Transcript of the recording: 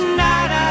night